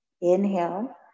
Inhale